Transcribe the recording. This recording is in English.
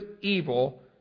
evil